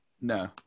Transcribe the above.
No